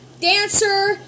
dancer